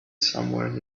somewhere